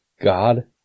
God